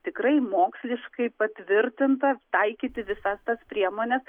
tikrai moksliškai patvirtinta taikyti visas tas priemones